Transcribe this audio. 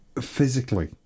Physically